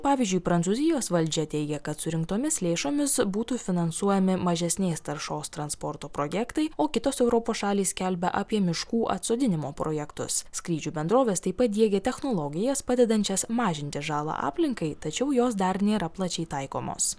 pavyzdžiui prancūzijos valdžia teigia kad surinktomis lėšomis būtų finansuojami mažesnės taršos transporto projektai o kitos europos šalys skelbia apie miškų atsodinimo projektus skrydžių bendrovės taip pat diegia technologijas padedančias mažinti žalą aplinkai tačiau jos dar nėra plačiai taikomos